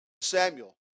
Samuel